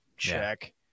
Check